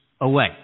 away